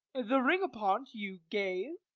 the ring upon t you gave.